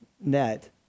net